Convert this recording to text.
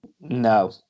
no